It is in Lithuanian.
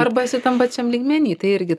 arba esi tam pačiam lygmeny tai irgi